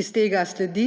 Iz tega sledi,